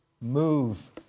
move